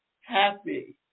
happy